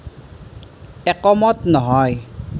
একমত নহয়